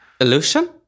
Illusion